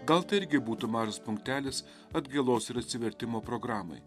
gal tai irgi būtų mažas punktelis atgailos ir atsivertimo programai